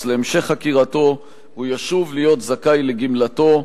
להמשך חקירתו הוא ישוב להיות זכאי לגמלתו,